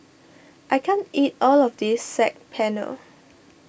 I can't eat all of this Saag Paneer